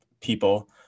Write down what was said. people